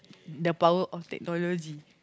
the power of technology